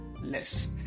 less